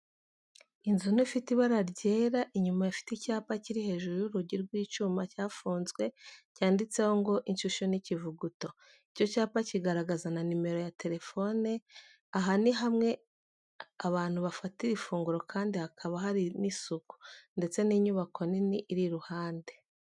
Inzu nto ifite ibara ryera inyuma, ifite icyapa kiri hejuru y'urugi rw'icyuma cyafunzwe, cyanditseho ngo:Inshyushyu n'ikivuguto." Icyo cyapa kigaragaza na numero telefoni, aha ni hamwe abantu bafatira ifunguro kandi hakaba hari n'isuku, ndetse n'inyubako nini iri iruhande.